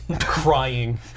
crying